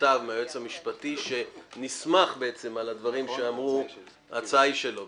מכתב מהיועץ המשפטי שנסמך על הדברים שאמרו ההצעה ההיא שלו.